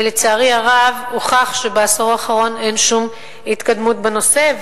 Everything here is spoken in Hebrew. ולצערי הרב הוכח שבעשור האחרון אין שום התקדמות בנושא.